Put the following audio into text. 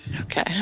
Okay